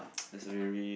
that's a very